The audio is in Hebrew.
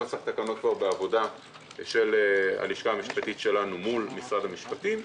נוסח תקנות נמצא כבר בעבודה של הלשכה המשפטית שלנו מול משרד המשפטים.